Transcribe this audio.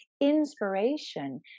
inspiration